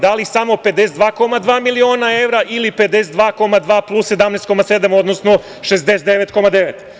Da li samo 52,2 miliona evra ili 52,2 plus 17,7, odnosno 69,9?